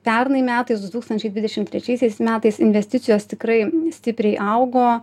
pernai metais du tūkstančiai dvidešim trečiaisiais metais investicijos tikrai stipriai augo